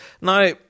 Now